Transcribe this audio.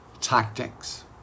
tactics